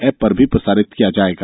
चच पर भी प्रसारित किया जाएगा